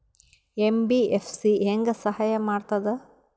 MBFC ಹೆಂಗ್ ಸಹಾಯ ಮಾಡ್ತದ?